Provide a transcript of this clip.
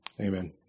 Amen